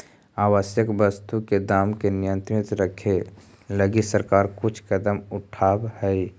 आवश्यक वस्तु के दाम के नियंत्रित रखे लगी सरकार कुछ कदम उठावऽ हइ